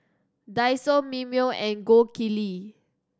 Daiso Mimeo and Gold Kili